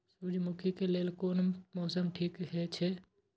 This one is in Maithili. सूर्यमुखी के लेल कोन मौसम ठीक हे छे?